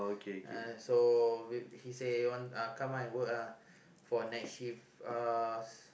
uh so he say want come out and work lah for night shift ah